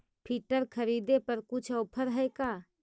Filter खरिदे पर कुछ औफर है का?